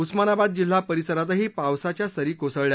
उस्मानाबाद जिल्हा परिसरातही पावसाच्या सरी कोसळल्या